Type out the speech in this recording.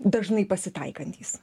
dažnai pasitaikantys